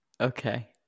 Okay